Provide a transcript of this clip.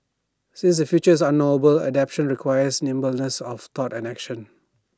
since the future is unknowable adaptation requires nimbleness of thought and action